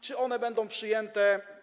Czy one będą przyjęte?